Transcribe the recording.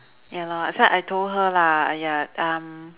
ya lor that's why I told her lah !aiya! um